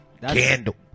candle